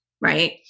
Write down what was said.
right